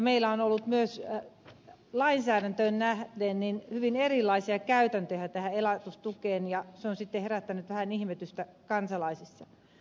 meillä on ollut myös lainsäädäntöön nähden hyvin erilaisia käytäntöjä tähän elatustukeen ja se on sitten herättänyt vähän ihmetystä kansalai sissa